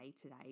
today